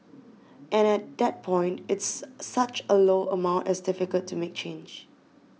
and at that point it's such a low amount it's difficult to make change